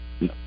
No